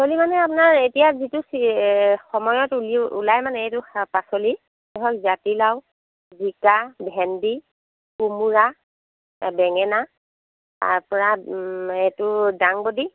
actually আপোনাৰ এতিয়া যিটো চি যিটো সময়ত উলিয়াই ওলাই মানে শাক পাচলি ধৰক জাতিলাও জিকা ভেণ্ডি কোমোৰা বেঙেনা তাৰ পৰা এইটো দাংবদি